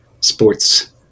sports